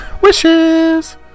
Wishes